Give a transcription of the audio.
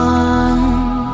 one